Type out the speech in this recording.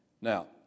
Now